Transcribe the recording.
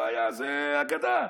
לא היה, זו אגדה.